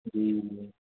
جی